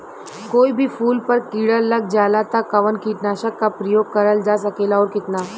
कोई भी फूल पर कीड़ा लग जाला त कवन कीटनाशक क प्रयोग करल जा सकेला और कितना?